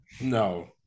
no